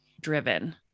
driven